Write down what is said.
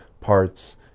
parts